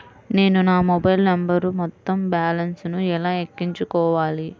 నేను నా మొబైల్ నంబరుకు మొత్తం బాలన్స్ ను ఎలా ఎక్కించుకోవాలి?